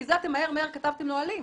כי כאן מהר מהר כתבתם נהלים,